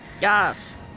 Yes